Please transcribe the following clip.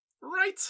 right